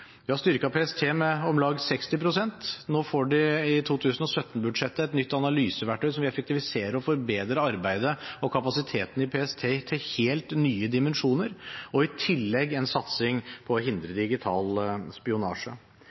Vi har styrket PST med om lag 60 pst. Nå får de i 2017-budsjettet et nytt analyseverktøy som vil effektivisere og forbedre arbeidet og kapasiteten i PST til helt nye dimensjoner, og i tillegg en satsing på å hindre digital spionasje.